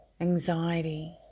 anxiety